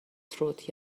تروت